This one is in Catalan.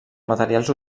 materials